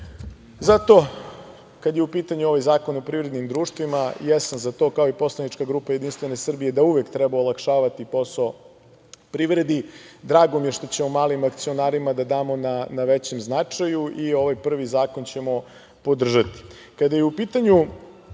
kada je u pitanju ovaj Zakon o privrednim društvima jesam za to, kao i Poslanička grupa Jedinstvene Srbije da uvek treba olakšavati posao privredi. Drago mi je što ćemo malim akcionarima da damo na većem značaju i ovaj prvi zakon ćemo podržati. Kada je u pitanju